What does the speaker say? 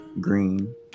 green